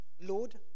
Lord